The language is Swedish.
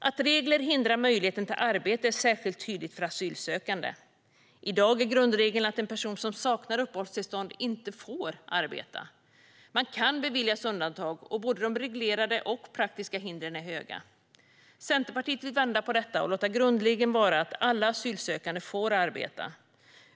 Att regler hindrar möjligheten till arbete är särskilt tydligt för asylsökande. I dag är grundregeln att en person som saknar uppehållstillstånd inte får arbeta. Man kan beviljas undantag, men både de reglerade och de praktiska hindren är höga. Centerpartiet vill vända på detta och låta grundregeln vara att alla asylsökande får arbeta.